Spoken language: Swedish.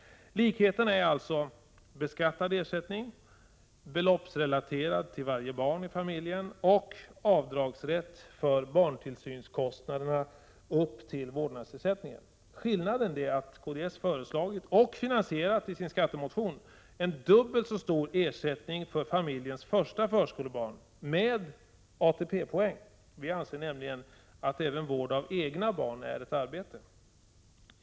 Likheterna är alltså beskattad ersättning, beloppsrelaterat till varje barn i familjen, och avdragsrätt för barntillsynskostnaderna upp till vårdnadsersättningen. Skillnaden är att kds föreslagit, och finansierat, i sin skattemotion en dubbelt så stor ersättning för familjens första förskolebarn, med ATP-poäng. Vi anser nämligen att även vård av egna barn är ett arbete.